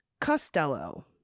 Costello